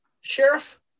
Sheriff